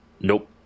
nope